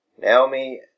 Naomi